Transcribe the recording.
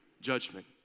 judgment